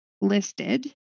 listed